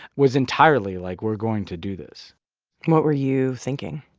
was entirely, like, we're going to do this what were you thinking?